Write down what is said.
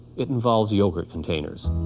it involves yoghurt containers.